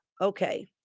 Okay